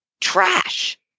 trash